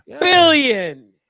Billion